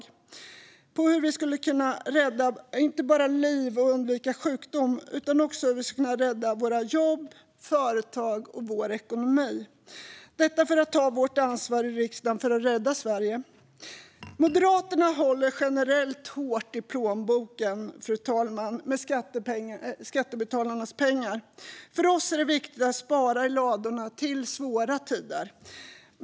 De handlade inte bara om hur vi skulle kunna rädda liv och undvika sjukdom utan också om hur vi skulle kunna rädda våra jobb, våra företag och vår ekonomi - detta för att ta vårt ansvar i riksdagen för att rädda Sverige. Moderaterna håller generellt hårt i plånboken, fru talman, med skattebetalarnas pengar. För oss är det viktigt att spara i ladorna till svåra tider.